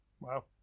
wow